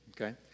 Okay